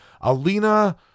Alina